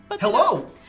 Hello